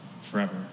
forever